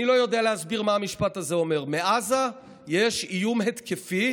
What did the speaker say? אני לא יודע להסביר מה המשפט הזה אומר: "מעזה יש איום התקפי,